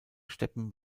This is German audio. steppen